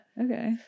Okay